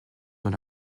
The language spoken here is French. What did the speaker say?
dans